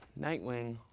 Nightwing